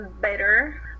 better